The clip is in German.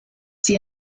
sie